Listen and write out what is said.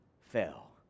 fell